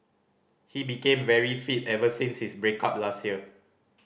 he became very fit ever since his break up last year